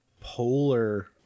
polar